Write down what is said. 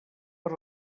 per